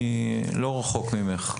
אני לא רחוק ממך.